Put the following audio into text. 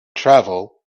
travel